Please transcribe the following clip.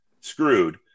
screwed